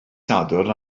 sadwrn